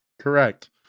Correct